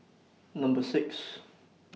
Number six